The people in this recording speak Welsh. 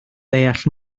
deall